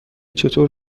چطور